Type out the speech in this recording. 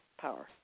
power